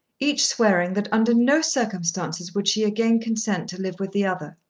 each swearing that under no circumstances would she again consent to live with the other.